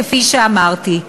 כפי שאמרתי?